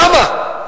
למה?